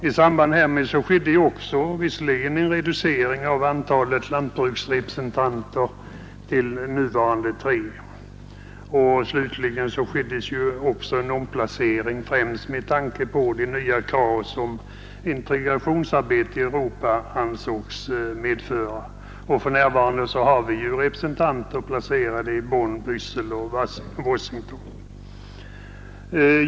I samband härmed skedde en reducering av antalet lantbruksrepresentanter till nuvarande tre. Slutligen skedde en omplacering främst med tanke på de nya krav som integrationsarbetet i Europa ansågs medföra. För närvarande har vi representanter placerade i Bonn, Bryssel och Washington.